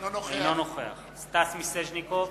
אינו נוכח סטס מיסז'ניקוב,